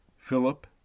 Philip